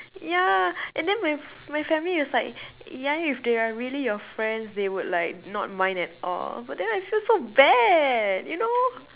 yeah and then my my family is like ya if they are really your friends they would like not mind at all but then I feel so bad you know